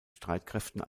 streitkräften